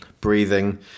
Breathing